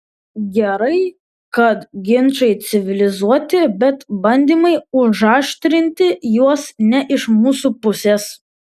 gerai kad ginčai civilizuoti bet bandymai užaštrinti juos ne iš mūsų pusės